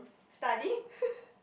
study